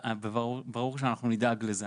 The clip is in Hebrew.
ברור שאנחנו נדאג לזה.